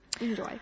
enjoy